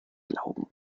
glauben